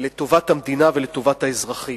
לטובת המדינה ולטובת האזרחים.